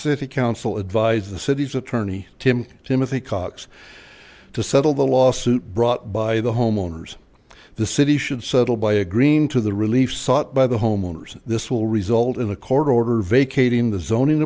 city council advised the city's attorney tim timothy cox to settle the lawsuit brought by the homeowners the city should settle by agreeing to the relief sought by the homeowners this will result in a court order vacating the zoning